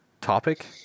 topic